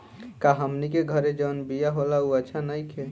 का हमनी के घरे जवन बिया होला उ अच्छा नईखे?